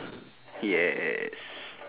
yes